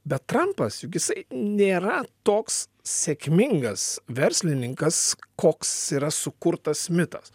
bet trampas juk jisai nėra toks sėkmingas verslininkas koks yra sukurtas mitas